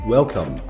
Welcome